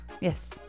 yes